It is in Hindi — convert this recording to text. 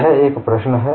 यह एक प्रश्न है